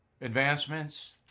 advancements